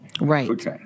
Right